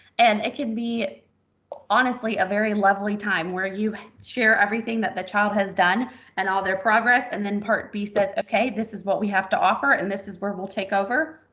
and it can be honestly a very lovely time where you share everything that the child has done and all their progress, and then part b says, okay, this is what we have to offer, and this is where we'll take over.